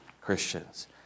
Christians